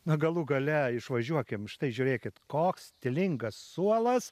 na galų gale išvažiuokim štai žiūrėkit koks stilingas suolas